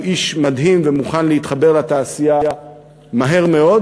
שהוא איש מדהים ומוכן להתחבר לתעשייה מהר מאוד.